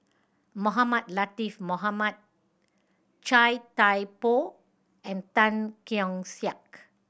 Mohamed Latiff Mohamed Chia Thye Poh and Tan Keong Saik